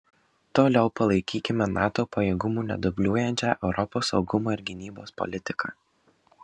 toliau palaikykime nato pajėgumų nedubliuojančią europos saugumo ir gynybos politiką